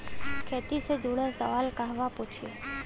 खेती से जुड़ल सवाल कहवा पूछी?